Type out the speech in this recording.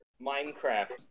Minecraft